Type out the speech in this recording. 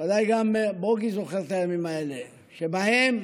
ודאי גם בוגי זוכר את הימים האלה, שבהם